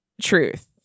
truth